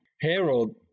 Harold